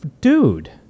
dude